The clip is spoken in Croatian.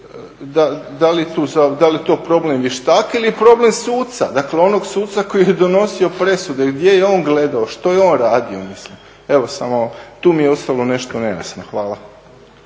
da li je to problem vještaka ili je problem suca? Dakle onog suca koji je donosio presude, gdje je on gledao, što je on radio, mislim. Evo samo, tu mi je ostalo nešto nejasno. Hvala.